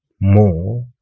more